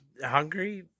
hungry